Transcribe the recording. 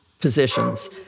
positions